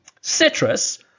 Citrus